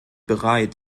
bereit